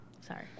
Sorry